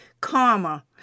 karma